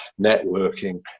networking